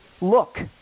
look